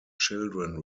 children